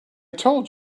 told